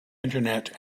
internet